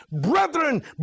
brethren